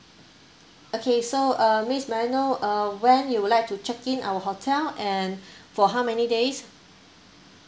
okay so uh miss may I know uh when you would like to check in our hotel and for how many days